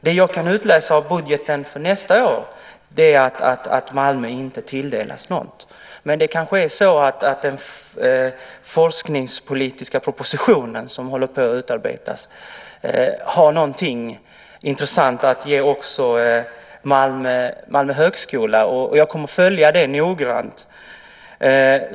Det jag kan utläsa av budgeten för nästa år är att Malmö inte tilldelas något, men den forskningspolitiska propositionen, som håller på att utarbetas, kanske har någonting intressant att ge också Malmö högskola. Jag kommer att följa det noggrant.